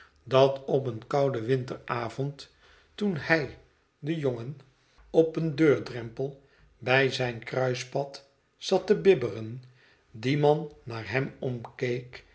dat op een kouden winteravond toen hij de jongen op een deurdrempel bij zijn kruispad zat te bibberen die man naar hem